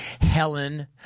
Helen